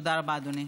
תודה רבה, אדוני.